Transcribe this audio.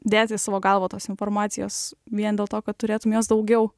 dėt į savo galvą tos informacijos vien dėl to kad turėtum jos daugiau